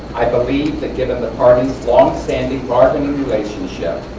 i believe that, given the parties' longstanding bargaining relationship,